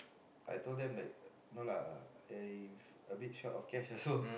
I told them like no lah I a bit short of cash also